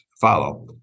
follow